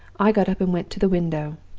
i got up and went to the window.